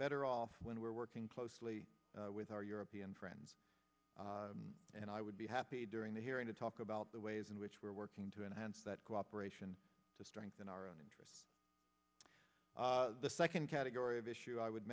better off when we are working closely with our european friends and i would be happy during the hearing to talk about the ways in which we are working to enhance that cooperation to strengthen our own interests the second category of issue i would